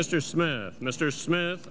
mr smith mr smith